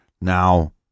Now